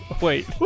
wait